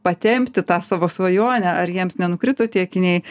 patempti tą savo svajonę ar jiems nenukrito tie akiniai